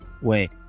Wait